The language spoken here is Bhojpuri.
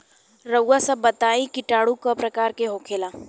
रउआ सभ बताई किटाणु क प्रकार के होखेला?